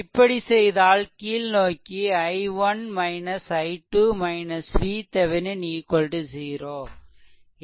இப்படி செய்தால் கீழ்நோக்கி i1 i2 VThevenin 0